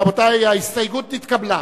רבותי, ההסתייגות התקבלה.